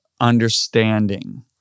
understanding